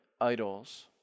idols